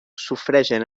sofreixen